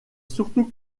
surtout